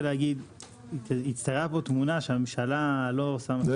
הצטיירה פה תמונה שהממשלה לא-- - לא